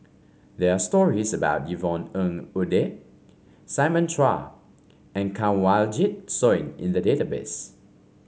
there are stories about Yvonne Ng Uhde Simon Chua and Kanwaljit Soin in the database